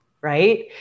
Right